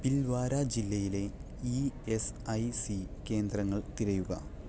ഭിൽവാര ജില്ലയിലെ E S A C കേന്ദ്രങ്ങൾ തിരയുക